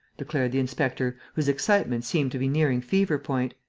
declared the inspector, whose excitement seemed to be nearing fever-point.